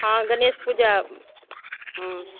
हँ गणेश पूजा हुँ